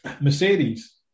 Mercedes